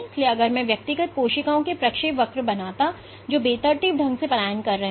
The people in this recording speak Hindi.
इसलिए अगर मैं व्यक्तिगत कोशिकाओं के प्रक्षेपवक्र बनाता जो बेतरतीब ढंग से पलायन कर रहे हैं